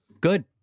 good